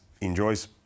enjoys